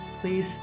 Please